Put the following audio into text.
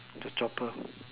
the chopper